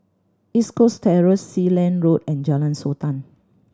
East Coast Terrace Sealand Road and Jalan Sultan